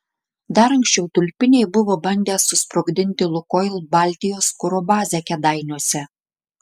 dar anksčiau tulpiniai buvo bandę susprogdinti lukoil baltijos kuro bazę kėdainiuose